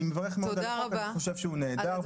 אני מברך מאוד על החוק ואני חושב שהוא נהדר.